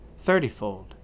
thirtyfold